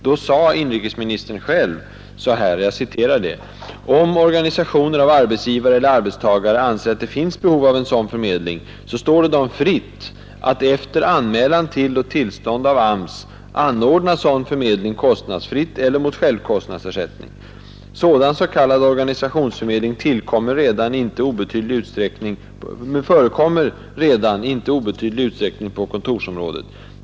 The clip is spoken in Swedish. Då sade inrikesministern själv: ”Om organisationer av arbetsgivare eller arbetstagare anser att det finns behov av en sådan förmedling, står det dem fritt att efter anmälan till och tillstånd av AMS anordna sådan förmedling kostnadsfritt eller mot självkostnadsersättning. Sådan s.k. organisationsförmedling förekommer redan i inte obetydlig utsträckning på kontorsområdet.